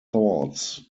thoughts